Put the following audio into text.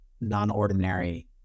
non-ordinary